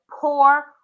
Poor